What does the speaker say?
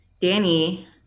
Danny